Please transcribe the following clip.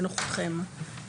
לנוחיותכם,